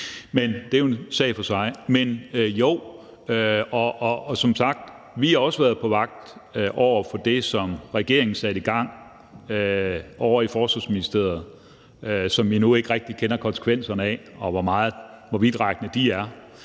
det er jo en sag for sig. Men jo, og som sagt har vi også været på vagt over for det, som regeringen satte i gang ovre i Forsvarsministeriet, som vi nu ikke rigtig kender konsekvenserne af eller ved hvor vidtrækkende er.